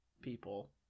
people